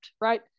right